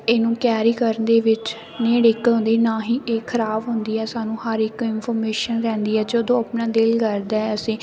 ਇਹਨੂੰ ਕੈਰੀ ਕਰਨ ਦੇ ਵਿੱਚ ਨਹੀਂ ਅੜਿੱਕ ਨਾ ਹੀ ਇਹ ਖਰਾਬ ਹੁੰਦੀ ਹੈ ਸਾਨੂੰ ਹਰ ਇੱਕ ਇਨਫੋਰਮੇਸ਼ਨ ਰਹਿੰਦੀ ਹੈ ਜਦੋਂ ਆਪਣਾ ਦਿਲ ਕਰਦਾ ਅਸੀਂ